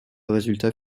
résultat